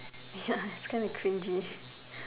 ya it's kind of cringey